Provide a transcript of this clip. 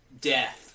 death